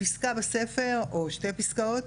פסקה בספר, או שתי פסקאות,